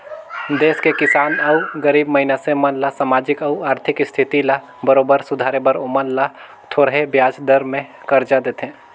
देस के किसान अउ गरीब मइनसे मन ल सामाजिक अउ आरथिक इस्थिति ल बरोबर सुधारे बर ओमन ल थो रहें बियाज दर में करजा देथे